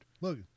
Look